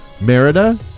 Merida